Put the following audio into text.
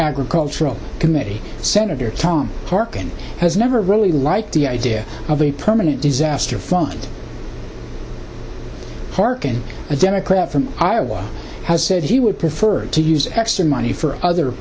agricultural committee senator tom harkin has never really liked the idea of a permanent disaster fund harkin a democrat from iowa has said he would prefer to use extra money for other